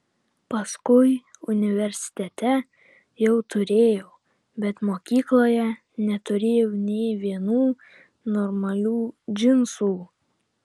paskui universitete jau turėjau bet mokykloje neturėjau nė vienų normalių džinsų